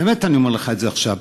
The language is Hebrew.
באמת אני אומר לך את זה עכשיו,